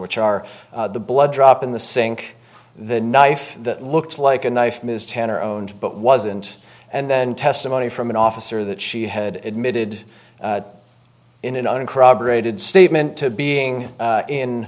which are the blood drop in the sink the knife that looks like a knife ms tanner owned but wasn't and then testimony from an officer that she had admitted in an uncorroborated statement to being